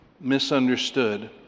misunderstood